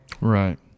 Right